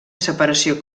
separació